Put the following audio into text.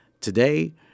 today